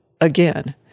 again